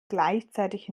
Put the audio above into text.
gleichzeitig